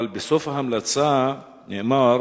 אבל בסוף ההמלצה נאמר